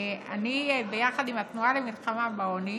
ואני הגשתי עם התנועה למלחמה בעוני